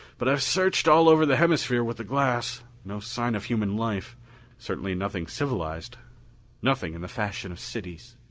but i've searched all over the hemisphere with the glass. no sign of human life certainly nothing civilized nothing in the fashion of cities.